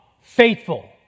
faithful